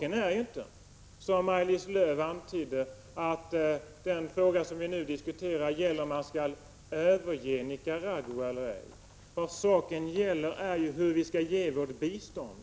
Det är inte så som Maj-Lis Lööw antyder, att den fråga vi nu diskuterar gäller om vi skall överge Nicaragua — Prot. 1985/86:117 eller ej. Vad saken gäller är hur vi skall ge vårt bistånd.